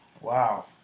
Wow